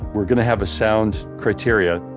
we're going to have a sound criteria,